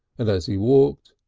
and as he walked,